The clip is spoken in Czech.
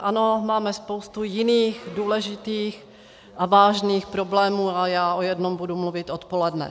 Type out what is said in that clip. Ano, máme spoustu jiných důležitých a vážných problémů a já o jednom budu mluvit odpoledne.